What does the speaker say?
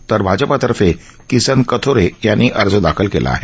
तर भाजपातर्फे किसन कथोरे यांनी अर्ज दाखल केला आहे